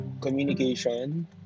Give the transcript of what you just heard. communication